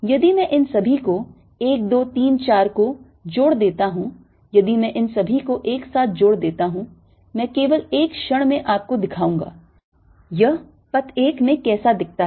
यदि मैं इन सभी को 1 2 3 4 को जोड़ देता हूं यदि मैं इन सभी को एक साथ जोड़ देता हूं मैं केवल एक क्षण में आपको दिखाऊंगा यह पथ 1 में कैसा दिखता है